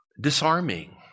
disarming